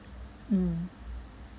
mm